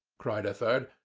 cried a third.